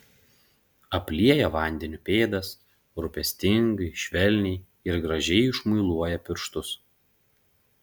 aplieja vandeniu pėdas rūpestingai švelniai ir gražiai išmuiluoja pirštus